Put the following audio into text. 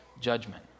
judgment